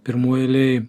pirmoj eilėj